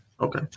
okay